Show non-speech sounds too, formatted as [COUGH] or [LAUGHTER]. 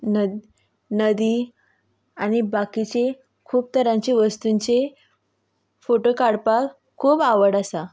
[UNINTELLIGIBLE] नदी आनी बाकिचीं खूब तरांची वस्तुंची फोटो काडपाक खूब आवड आसा